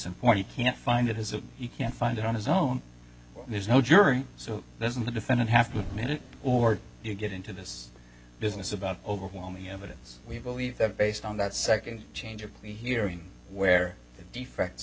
you can't find it is a you can't find it on his own there's no jury so there isn't the defendant have to read it or you get into this business about overwhelming evidence we believe that based on that second change are we hearing where the defects